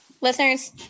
Listeners